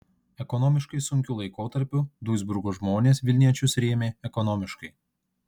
ekonomiškai sunkiu laikotarpiu duisburgo žmonės vilniečius rėmė ekonomiškai